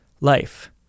life